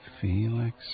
Felix